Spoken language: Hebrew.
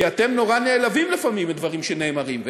כי אתם נורא נעלבים לפעמים מדברים שנאמרים,